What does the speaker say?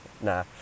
Nah